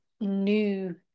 new